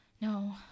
No